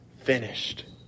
finished